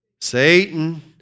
Satan